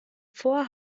vor